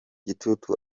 gitutu